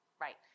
Right